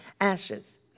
ashes